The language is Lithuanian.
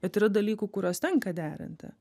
bet yra dalykų kuriuos tenka derinti